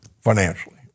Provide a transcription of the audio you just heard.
financially